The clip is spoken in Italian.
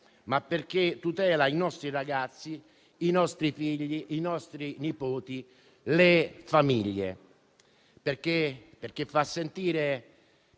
perché tutela i nostri ragazzi, i nostri figli, i nostri nipoti e le famiglie, facendo sentire